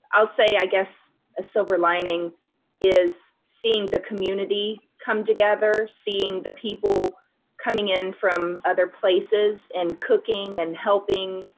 i'll say, i guess, a silver lining is seeing the community come together, seeing the people coming in from other places and cooking and helping.